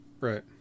Right